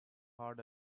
hard